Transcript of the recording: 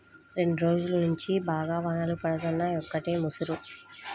రెండ్రోజుల్నుంచి బాగా వానలు పడుతున్నయ్, ఒకటే ముసురు